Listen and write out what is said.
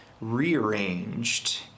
rearranged